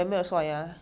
ah then